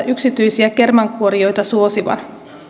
yksityisiä kermankuorijoita suosivan